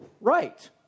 right